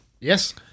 Yes